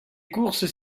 courses